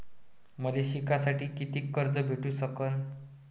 मले शिकासाठी कितीक कर्ज भेटू सकन?